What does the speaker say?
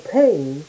pain